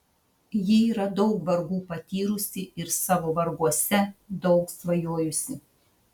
ji yra daug vargų patyrusi ir savo varguose daug svajojusi